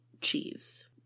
cheese